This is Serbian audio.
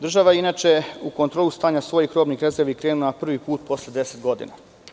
Država je, inače, u kontrolu stanja svojih robnih rezervi krenula je prvi put posle 10 godina.